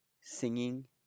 singing